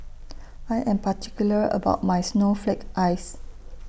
I Am particular about My Snowflake Ice